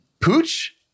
Pooch